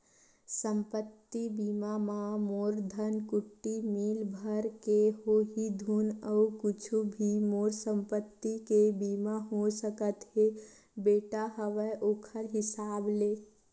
संपत्ति बीमा म मोर धनकुट्टी मील भर के होही धुन अउ कुछु भी मोर संपत्ति के बीमा हो सकत हे बेटा हवय ओखर हिसाब ले?